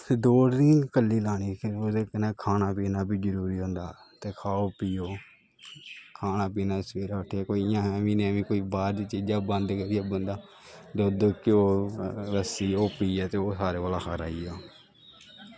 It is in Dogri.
दौड़ गै नी कल्ली लानी ओह्दे कन्नै खाना पीना बी जरूरी होंदा खाहो पियो खाना पीना सवेरे सवेरै उट्ठे नमीं नमीं बाह्र दी चीजां बंद करियै बंदा दुद्द घ्यो लस्सी पियै ते ओह् सारें कोला दा खरा ऐ